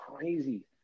crazy